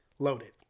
Loaded